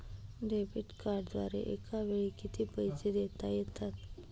Debit कार्डद्वारे एकावेळी किती पैसे देता येतात?